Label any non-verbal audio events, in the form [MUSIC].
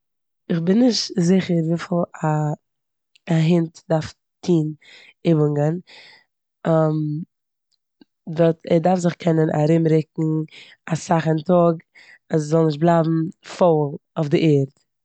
כ'בין נישט זיכער וויפיל א- א הונט דארף טון איבונגען, [HESITATION] באט ער דארף זיך קענען ארומריקן אסאך אין טאג אז ער זאל נישט בלייבן פויל אויף די ערד.